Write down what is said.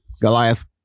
Goliath